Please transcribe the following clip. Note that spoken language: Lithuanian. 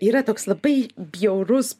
yra toks labai bjaurus